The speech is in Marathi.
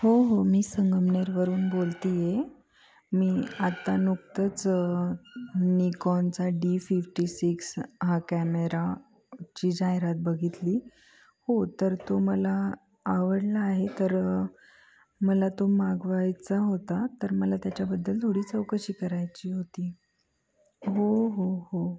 हो हो मी संगमनेरवरून बोलते आहे मी आत्ता नुकतंच निकॉनचा डी फिफ्टी सिक्स हा कॅमेरा ची जाहिरात बघितली हो तर तो मला आवडला आहे तर मला तो मागवायचा होता तर मला त्याच्याबद्दल थोडी चौकशी करायची होती हो हो हो